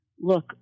look